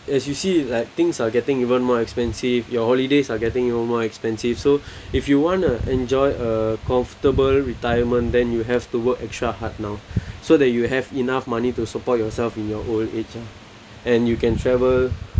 as you see like things are getting even more expensive your holidays are getting even more expensive so if you want to enjoy a comfortable retirement then you have to work extra hard now so that you'll have enough money to support yourself in your old age ah and you can travel